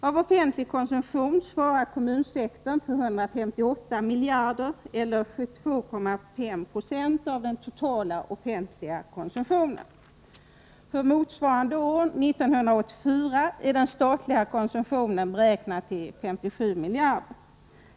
Kommunsektorn svarar för 158 miljarder eller 72,5 70 av den totala offentliga konsumtionen. För motsvarande år, 1984, är den statliga konsumtionen beräknad till 57 miljarder.